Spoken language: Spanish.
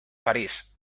parís